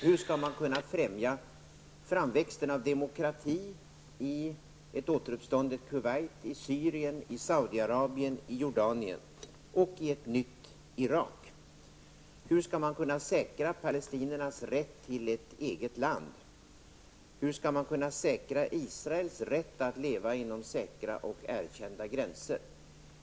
Hur skall man kunna främja framväxten av demokrati i ett återuppstått Kuwait, i Syrien, i Saudiarabien, i Jordanien och i ett nytt Irak? Hur skall man kunna säkra palestiniernas rätt till ett eget land? Hur skall man kunna säkra Israels rätt att leva inom säkra och erkända gränser?